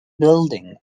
building